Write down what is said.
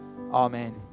Amen